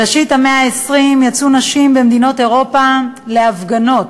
בראשית המאה ה-20 יצאו נשים במדינות אירופה להפגנות.